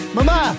Mama